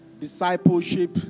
discipleship